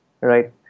Right